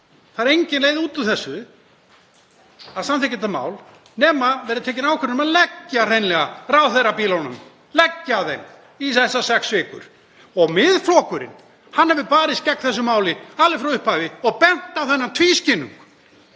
Það er engin leið út úr þessu, að samþykkja þetta mál, nema tekin verði ákvörðun um að leggja hreinlega ráðherrabílunum, leggja þeim í þessar sex vikur. Miðflokkurinn hefur barist gegn þessu máli alveg frá upphafi og benti á þennan tvískinnung.